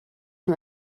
nur